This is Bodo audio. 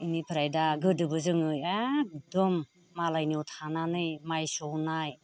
बेनिफ्राय दा गोदोबो जोङो एकदम मालायनियाव थानानै माइ सौनाय